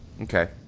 Okay